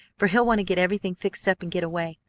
for he'll want to get everything fixed up and get away.